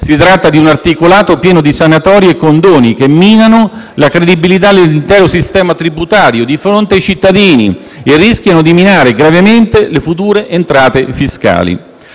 Si tratta di un articolato pieno di sanatorie e condoni, che minano la credibilità dell'intero sistema tributario di fronte ai cittadini e che rischiano di minare gravemente le future entrate fiscali.